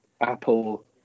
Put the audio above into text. Apple